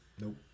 Nope